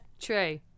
True